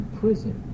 prison